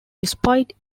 despite